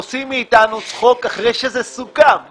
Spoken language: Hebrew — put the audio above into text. עושים מאתנו צחוק אחרי שזה סוכם.